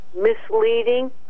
misleading